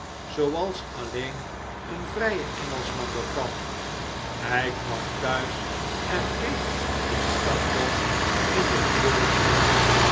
zooals alleen een vrije engelschman dat kan hij kwam thuis en keek diens stamboom in de peerage na